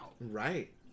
Right